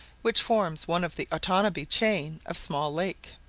which forms one of the otanabee chain of small lake.